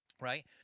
right